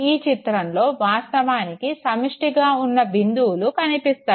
ఈ చిత్రంలో వాస్తవానికి సమిష్టిగా ఉన్న బిందువులు కనిపిస్తున్నాయి